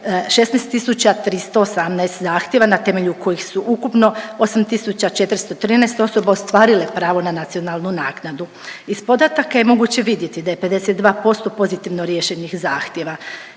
16318 zahtjeva na temelju kojih su ukupno 8413 osoba ostvarile pravo na nacionalnu naknadu. Iz podataka je moguće vidjeti da je 52% pozitivno riješenih zahtijeva,